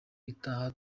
itaha